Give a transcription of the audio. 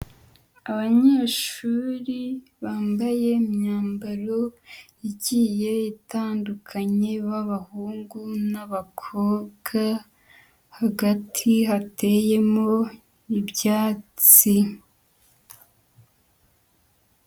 Abanyeshuri bambaye imyambaro igiye itandukanye b'abahungu n'abakobwa, hagati hateyemo ibyatsi.